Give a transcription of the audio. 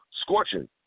scorching